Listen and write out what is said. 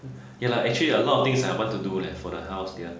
ya lah actually a lot of things I want to do leh for the house dear